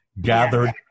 gathered